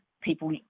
people